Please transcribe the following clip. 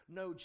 no